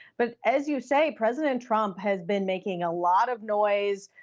but, as you say, president trump has been making a lot of noise.